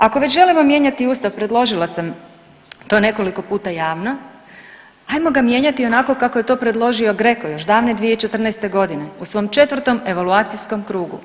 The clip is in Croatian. Ako već želimo mijenjati Ustav predložila sam to nekoliko puta javno, ajmo ga mijenjati onako kako je to predložio GRECO još davne 2014. godine u svom četvrtom evaluacijskom krugu.